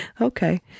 Okay